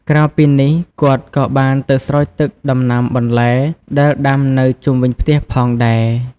ក្រៅពីនេះ គាត់ក៏បានទៅស្រោចទឹកដំណាំបន្លែ ដែលដាំនៅជុំវិញផ្ទះផងដែរ។